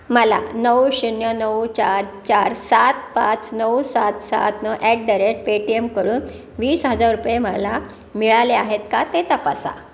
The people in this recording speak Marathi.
मला नऊ शून्य नऊ चार चार सात पाच नऊ सात सात नऊ ॲट द रेट पेटीएमकडून वीस हजार रुपये मला मिळाले आहेत का ते तपासा